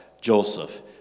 Joseph